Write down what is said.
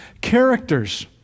characters